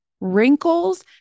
wrinkles